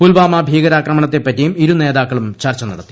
പുൽവാമ ഭീകരാക്രമണ്ത്ത്പ്പറ്റിയും ഇരു നേതാക്കളും ചർച്ച നടത്തി